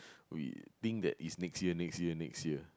we think that it's next year next year next year